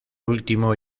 último